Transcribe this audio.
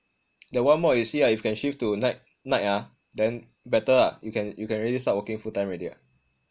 the one mod you see ah if can shift to night night ah then better la you can you can already start working full time already [what]